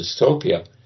Dystopia